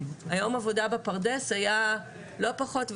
היום עבודה בפרדס היה לא פחות,